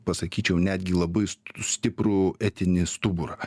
pasakyčiau netgi labai stiprų etinį stuburą